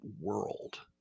world